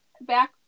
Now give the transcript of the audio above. Back